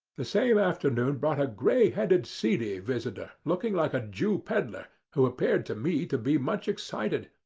the same afternoon brought a grey-headed, seedy visitor, looking like a jew pedlar, who appeared to me to be much excited,